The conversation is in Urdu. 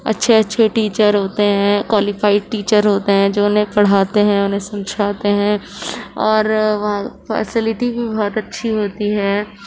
اچھے اچھے ٹیچر ہوتے ہیں کوالیفائڈ ٹیچر ہوتے ہیں جو انہیں پڑھاتے ہیں انہیں سمجھاتے ہیں اور وہاں فیسلٹی بھی بہت اچھی ہوتی ہے